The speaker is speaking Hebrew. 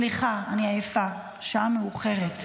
סליחה, אני עייפה, השעה מאוחרת.